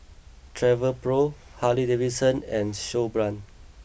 Travelpro Harley Davidson and Snowbrand